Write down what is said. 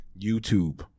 YouTube